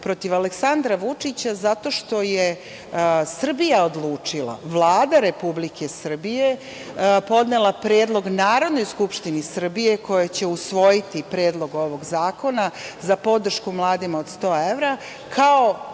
protiv Aleksandra Vučića zato što je Srbija odlučila, Vlada Republike Srbije je podnela predlog Narodnoj skupštini Republike Srbije koja će usvojiti Predlog ovog zakona za podršku mladima od 100 evra,